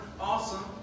awesome